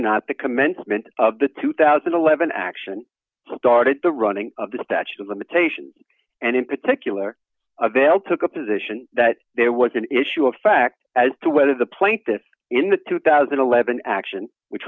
not the commencement of the two thousand and eleven action started the running of the statute of limitations and in particular avail took a position that there was an issue of fact as to whether the plaintiffs in the two thousand and eleven action which